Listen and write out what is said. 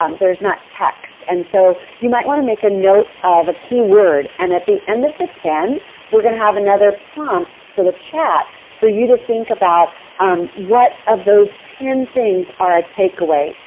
um there is not text. and so you might want to make a note of the key word and at the end of the ten we are going to have another prompt for the chat for you to think about um what of those ten things are a take away.